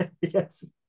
yes